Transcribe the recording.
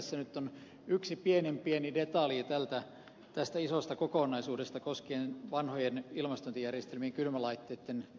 tässä nyt on yksi pienen pieni detalji tästä isosta kokonaisuudesta koskien vanhojen ilmastointijärjestelmien kylmälaitteitten energiatehokkuustarkastusta